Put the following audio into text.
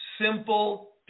simple